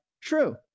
True